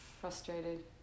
frustrated